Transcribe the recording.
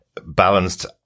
balanced